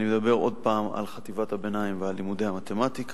אני מדבר עוד פעם על חטיבת הביניים ועל לימודי המתמטיקה: